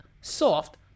soft